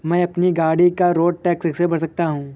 मैं अपनी गाड़ी का रोड टैक्स कैसे भर सकता हूँ?